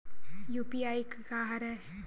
UPI का हरय?